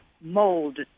mold